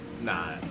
Nah